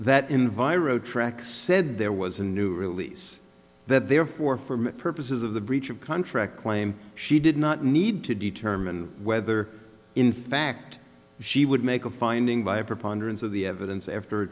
tracks said there was a new release that therefore from purposes of the breach of contract claim she did not need to determine whether in fact she would make a finding by a preponderance of the evidence after a